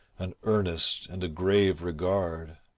an earnest and a grave regard